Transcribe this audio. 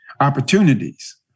opportunities